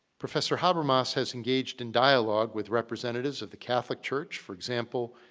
professor habermas has engaged in dialogue with representatives of the catholic church. for example,